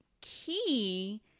key